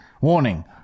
Warning